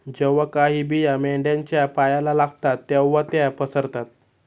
जेव्हा काही बिया मेंढ्यांच्या पायाला लागतात तेव्हा त्या पसरतात